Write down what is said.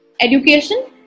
Education